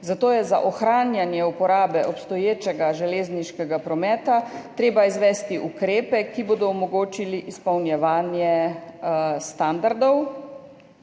Zato je za ohranjanje uporabe obstoječega železniškega prometa treba izvesti ukrepe, ki bodo omogočili izpolnjevanje standardov.